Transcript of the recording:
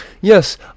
Yes